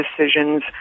decisions